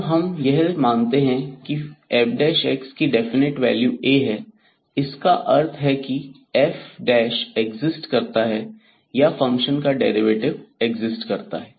अब हम यह मानते हैं की fx की डेफिनेट वैल्यू A है इसका अर्थ है कि f एक्सिस्ट करता है या फंक्शन का डेरिवेटिव एक्सिस्ट करता है